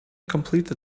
completed